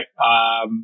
right